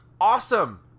awesome